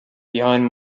behind